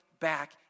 back